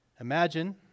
Imagine